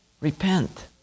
Repent